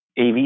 AV